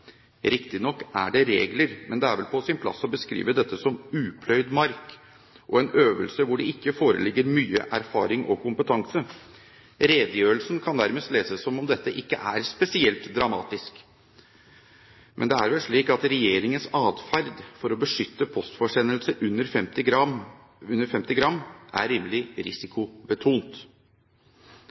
Riktignok er det regler, men det er vel på sin plass å beskrive dette som upløyd mark, og en øvelse hvor det ikke foreligger mye erfaring og kompetanse. Redegjørelsen kan nærmest leses som om dette ikke er spesielt dramatisk, men det er vel slik at regjeringens atferd for å beskytte postforsendelser under 50 gram, er rimelig risikobetont.